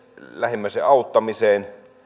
lähimmäisen